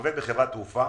וכעובד בחברת תעופה